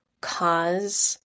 cause